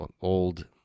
old